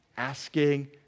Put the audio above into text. asking